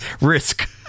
Risk